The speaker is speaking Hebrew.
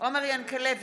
עומר ינקלביץ'